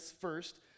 first